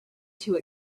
too